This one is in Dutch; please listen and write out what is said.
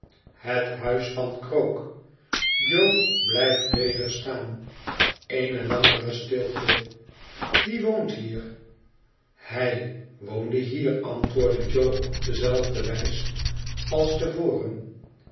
het huis van krook jo blijft weder staan eene langere stilte wie woont hier hij woonde hier antwoordt jo op dezelfde wijs als te voren